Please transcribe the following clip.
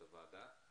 את הוועדה.